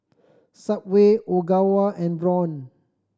Subway Ogawa and Braun